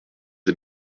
des